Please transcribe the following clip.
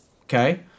Okay